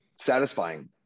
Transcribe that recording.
satisfying